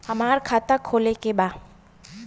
हमार खाता खोले के बा?